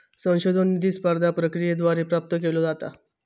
संशोधन निधी स्पर्धा प्रक्रियेद्वारे प्राप्त केलो जाता